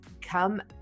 come